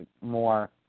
more